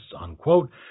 unquote